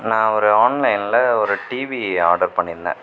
நான் ஒரு ஆன்லைனில் ஒரு டிவி ஆர்டர் பண்ணியிருந்தேன்